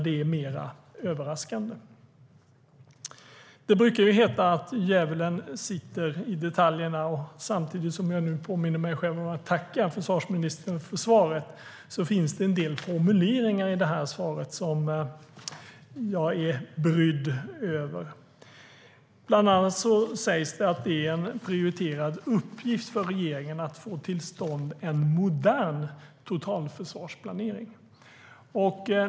Det brukar heta att djävulen sitter i detaljerna. Samtidigt som jag nu påminner mig själv om att tacka försvarsministern för svaret finns det en del formuleringar där som jag är brydd över. Bland annat sägs det att det är en prioriterad uppgift för regeringen att få till stånd en modern totalförsvarsplanering.